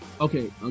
Okay